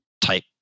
type